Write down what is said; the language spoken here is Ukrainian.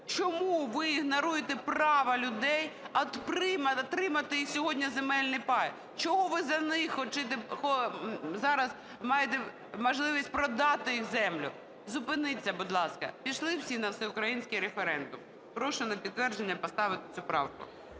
чому ви ігноруєте право людей отримати і сьогодні земельний пай? Чого ви за них зараз маєте можливість продати їх землю? Зупиніться, будь ласка. Пішли всі всеукраїнський референдум. Прошу на підтвердження поставити цю правку.